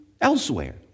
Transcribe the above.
elsewhere